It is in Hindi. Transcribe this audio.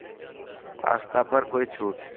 पास्ता पर कोई छूट